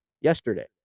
yesterday